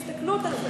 הסתכלות על זה,